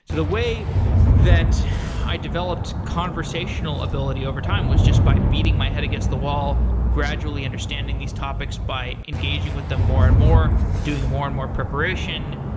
so the way that i developed conversational ability overtime was just by beating my head against the wall, gradually understanding these topics by engaging with them more and more, doing more and more preparation,